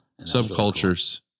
subcultures